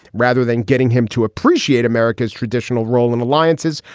rather than getting him to appreciate america's traditional role in alliances.